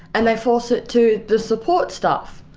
and they force it to the support staff.